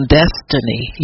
destiny